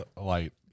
light